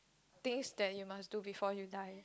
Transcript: things that you must do before you die